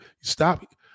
stop